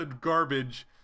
garbage